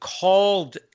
called